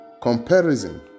Comparison